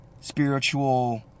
spiritual